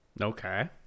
Okay